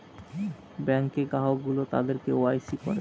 ব্যাঙ্কে গ্রাহক গুলো তাদের কে ওয়াই সি করে